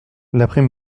l’après